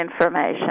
information